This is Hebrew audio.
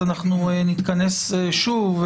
אז אנחנו נתכנס שוב,